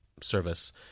service